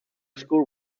school